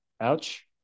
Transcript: ouch